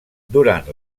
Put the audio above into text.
durant